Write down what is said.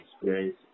experience